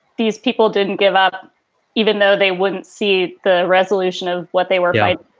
these people didn't give up even though they wouldn't see the resolution of what they were like